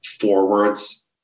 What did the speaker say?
forwards